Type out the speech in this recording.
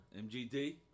MGD